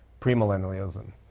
Premillennialism